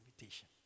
invitation